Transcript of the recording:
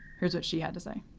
here's what she had to say.